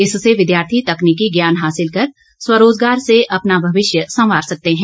इससे विद्यार्थी तकनीकी ज्ञान हासिल कर स्वरोजगार से अपना भविष्य संवार सकते हैं